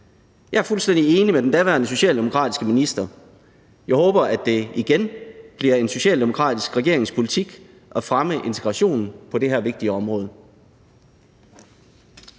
Jeg er fuldstændig enig med den daværende socialdemokratiske minister. Jeg håber, at det igen bliver en socialdemokratisk regerings politik at fremme integrationen på det her vigtige område.